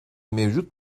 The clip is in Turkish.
mevcut